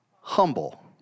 humble